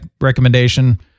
recommendation